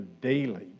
daily